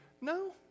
No